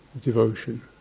Devotion